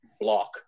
block